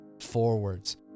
forwards